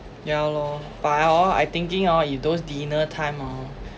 ya lor but hor I thinking hor if those dinner time hor